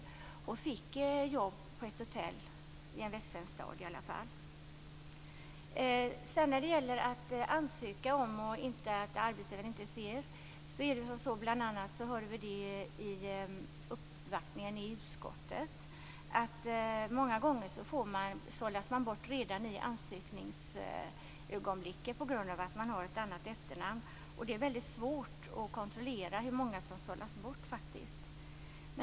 Hon fick jobb på ett hotell i en västsvensk stad. Vid uppvaktningen i utskottet hörde vi att man många gånger sållas bort redan i ansökningsögonblicket på grund av att man har ett utländskt efternamn, och det är väldigt svårt att kontrollera hur många som har sållats bort.